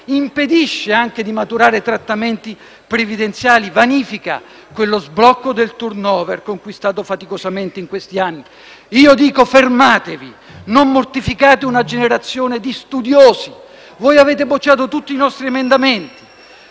Impedisce anche di maturare trattamenti previdenziali; vanifica quello sblocco del *turnover* conquistato faticosamente in questi anni. Dico: fermatevi; non mortificate una generazione di studiosi. Voi avete bocciato tutti i nostri emendamenti